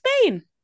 Spain